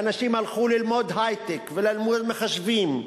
ואנשים הלכו ללמוד היי-טק, וללמוד מחשבים,